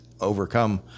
overcome